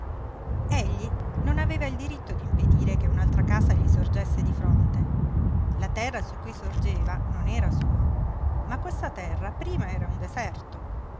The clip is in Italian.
egli non aveva il diritto d'impedire che un'altra casa gli sorgesse di fronte la terra su cui sorgeva non era sua ma questa terra prima era un deserto